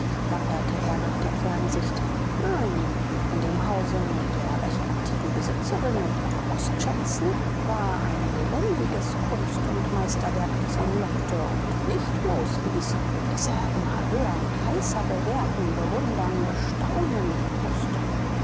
wanderte er nach der fernsicht nein in dem hause mit der recht antiken besitzerin und den kunstschätzen war ein lebendiges kunst und meisterwerk das ihn lockte und nicht losließ das er immer höher und heißer bewerten bewundern bestaunen mußte